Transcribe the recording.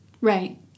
Right